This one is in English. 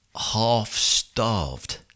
half-starved